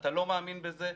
אתה לא מאמין בזה,